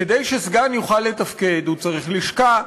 כדי שסגן יוכל לתפקד הוא צריך לשכה,